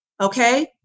Okay